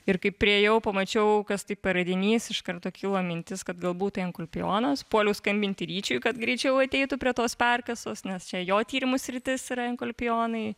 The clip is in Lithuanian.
ir kai priėjau pamačiau kas tai per radinys iš karto kilo mintis kad galbūt tai enkulpijonas puoliau skambinti ryčiui kad greičiau ateitų prie tos perkasos nes čia jo tyrimų sritis yra enkolpijonai